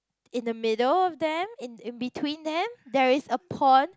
in the middle of them in in between them there is a pond